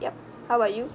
yup how about you